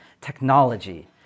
technology